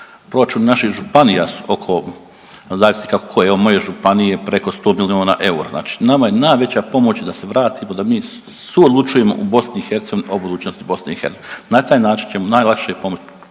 proračun naših županija oko zavisi kako koje evo moje županije preko 100 miliona eura, znači nama je najveća pomoć da se vratimo da mi suodlučujemo u BiH o budućnosti BiH na taj način ćemo najlakše pomoći